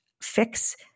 fix